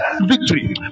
victory